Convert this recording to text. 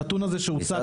הנתון הזה שהוצג,